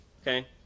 okay